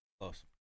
Close